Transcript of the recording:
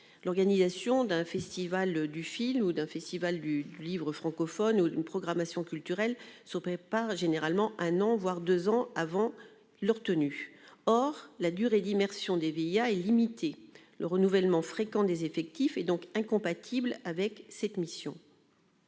L'organisation d'un festival du film ou du livre francophone ou une programmation culturelle se préparent généralement un à deux ans avant la tenue de l'événement. Or la durée d'immersion des VIA est limitée : le renouvellement fréquent des effectifs est incompatible avec une telle mission.